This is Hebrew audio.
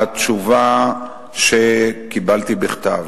התשובה שקיבלתי בכתב.